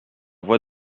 voix